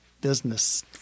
business